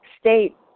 state